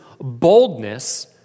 boldness